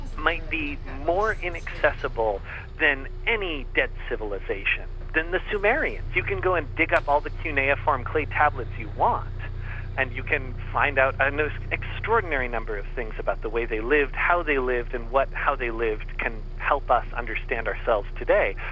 might be more inaccessible than any dead civilisation, than the sumerians. you can go and dig up all the cuneiform clay tablets you want and you can find out and an extraordinary number of things about the way they lived, how they lived and how they lived can help us understand ourselves today.